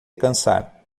cansar